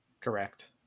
Correct